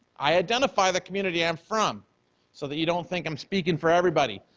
i identify the community i'm from so that you don't think i'm speaking for everybody.